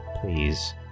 please